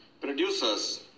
Producers